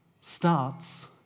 starts